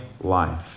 life